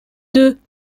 deux